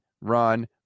run